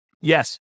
Yes